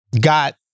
got